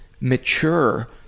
mature